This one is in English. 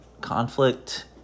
conflict